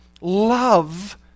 love